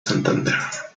santander